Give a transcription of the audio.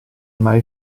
mai